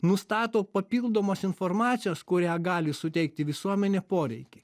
nustato papildomos informacijos kurią gali suteikti visuomenė poreikį